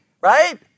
right